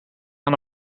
aan